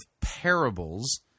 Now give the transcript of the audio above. parables